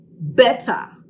better